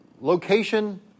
location